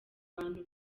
abantu